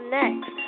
next